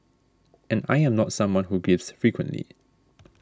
and I am not someone who gives frequently